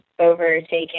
overtaken